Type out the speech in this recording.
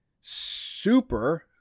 super